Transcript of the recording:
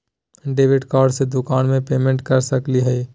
Debit card से दुकान में पेमेंट कर सकली हई?